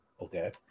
Okay